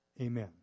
Amen